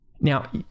Now